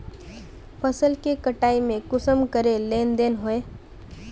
फसल के कटाई में कुंसम करे लेन देन होए?